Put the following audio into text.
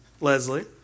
Leslie